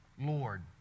Lord